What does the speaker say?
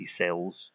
cells